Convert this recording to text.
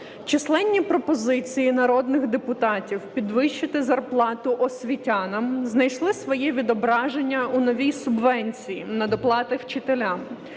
Численні пропозиції народних депутатів підвищити зарплату освітянам знайшли своє відображення у новій субвенції на доплати вчителям,